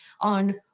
on